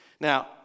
Now